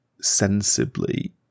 sensibly